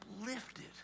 uplifted